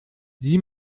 sieh